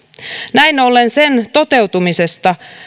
näin ollen sen toteutumisesta